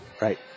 Right